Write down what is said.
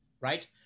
right